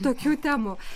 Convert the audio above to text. tokių temų